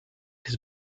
his